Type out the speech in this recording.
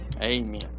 amen